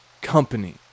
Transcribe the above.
company